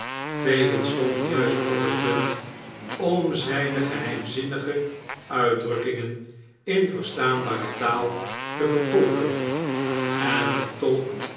fagin stond juist op het punt om zijne geheimzinnige uitdrukkingen in verstaanbare taal te vertolken en vertolkt